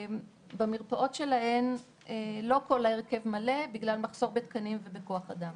במרפאות שלהן לא כל ההרכב מלא בגלל מחסור בתקנים ובכוח אדם.